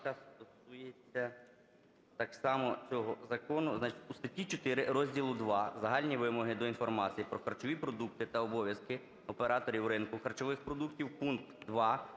стосується так само цього закону. Значить, у статті 4 розділу ІІ "Загальні вимоги до інформації про харчові продукти та обов'язки операторів ринку харчових продуктів" пункт 2)